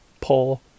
Paul